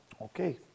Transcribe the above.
Okay